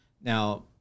Now